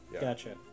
Gotcha